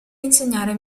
insegnare